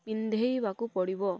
ପିନ୍ଧାଇବାକୁ ପଡ଼ିବ